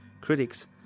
Critics